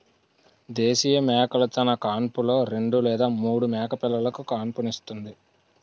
దేశీయ మేకలు తన కాన్పులో రెండు లేదా మూడు మేకపిల్లలుకు కాన్పుస్తుంది